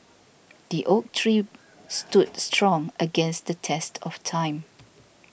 the oak tree stood strong against the test of time